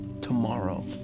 tomorrow